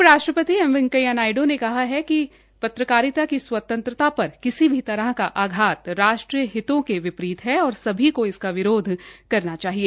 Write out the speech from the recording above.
उप राष्ट्रपति एम वैकेंया नायड् ने कहा है कि प्रेस की स्वतंत्रता पर किसी भी तरह का आघात राष्ट्रीय हितों के विपरीत है और सभी को इसका विरोध करना चाहिए